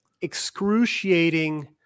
excruciating